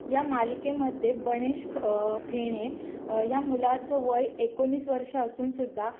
या मालिकेमध्ये बणेश फेणे या मुलाचं वय एकोणीस वर्ष असूनसुद्धा